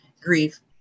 grief